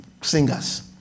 singers